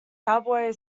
cowboy